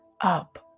up